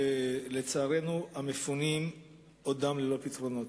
ולצערנו המפונים עודם ללא פתרונות.